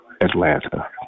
Atlanta